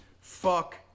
fuck